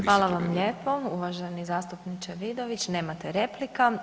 Hvala vam lijepo uvaženi zastupniče Vidović, nemate replika.